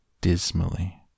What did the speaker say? Dismally